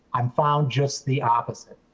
um found just the opposite.